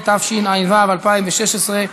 התשע"ו 2016,